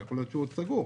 ויכול להיות שהוא עוד סגור,